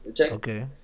Okay